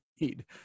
need